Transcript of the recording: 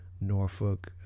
Norfolk